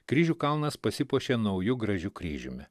kryžių kalnas pasipuošė nauju gražiu kryžiumi